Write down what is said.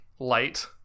light